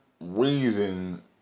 Reason